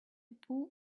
pool